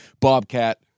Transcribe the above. Bobcat